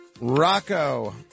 Rocco